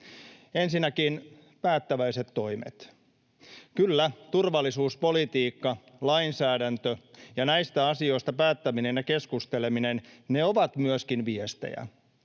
Ensinnäkin päättäväiset toimet. Kyllä, turvallisuuspolitiikka, lainsäädäntö ja näistä asioista päättäminen ja keskusteleminen ovat myöskin viestejä.